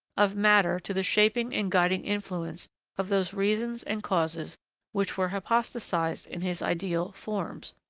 of matter to the shaping and guiding influence of those reasons and causes which were hypostatised in his ideal forms.